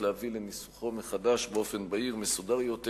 להביא לניסוחו מחדש באופן בהיר ומסודר יותר,